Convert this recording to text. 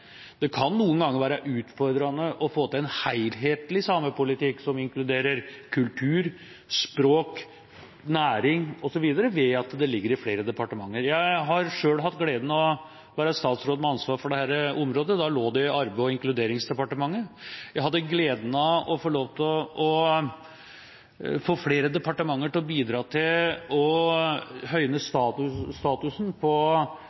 det noen ganger kan være utfordrende å få til en helhetlig samepolitikk som inkluderer kultur, språk, næring osv., ved at det ligger i flere departementer. Jeg har selv hatt gleden av å være statsråd med ansvar for dette området. Da lå det i Arbeids- og inkluderingsdepartementet. Jeg hadde gleden av å få lov til å få flere departementer til å bidra til å høyne statusen